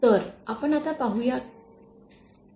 तर आपण आता पाहू या